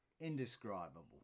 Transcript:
indescribable